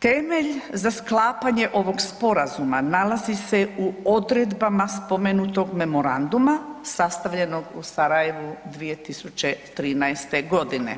Temelj za sklapanje ovog sporazuma nalazi se u odredbama spomenutog memoranduma, sastavljenog u Sarajevu 2013. g.,